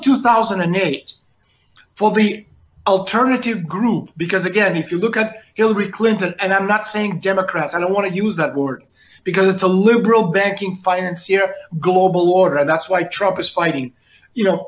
two thousand and eight for the alternative group because again if you look at hillary clinton and i'm not saying democrats i don't want to use that word because it's a liberal banking financier global order that's why troublous fighting you know